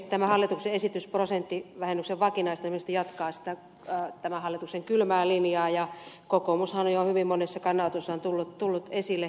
tämä hallituksen esitys prosenttivähennyksen vakinaistamisesta jatkaa sitä tämän hallituksen kylmää linjaa ja kokoomushan on jo hyvin monessa kannanotossaan tullut esille näillä asioilla